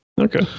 Okay